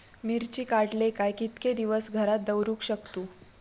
मिर्ची काडले काय कीतके दिवस घरात दवरुक शकतू?